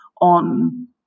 on